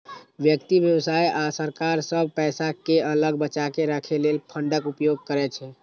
व्यक्ति, व्यवसाय आ सरकार सब पैसा कें अलग बचाके राखै लेल फंडक उपयोग करै छै